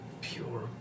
pure